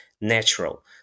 natural